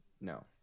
no